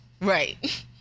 Right